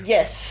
Yes